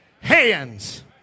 hands